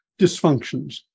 dysfunctions